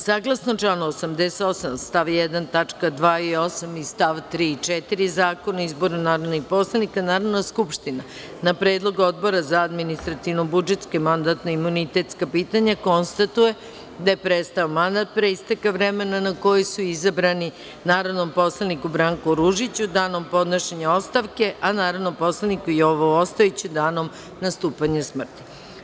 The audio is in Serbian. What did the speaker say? Saglasno članu 88. stav 1. tačke 2. i 8. i st. 3. i 4. Zakona o izboru narodnih poslanika, Narodna skupština na predlog Odbora za administrativno-budžetska i mandatno-imunitetska pitanja konstatuje da je prestao mandat, pre isteka vremena na koje su izabrani, narodnom poslaniku Branku Ružiću, danom podnošenja ostavke, a narodnom poslaniku Jovu Ostojiću, danom nastupanja smrti.